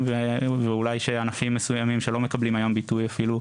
ואולי שענפים מסוימים שלא מקבלים היום ביטוי אפילו,